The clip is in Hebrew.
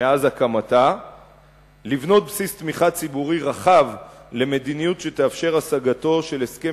מאז הקמתה לבנות בסיס תמיכה ציבורי רחב למדיניות שתאפשר השגתו של הסכם